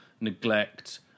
neglect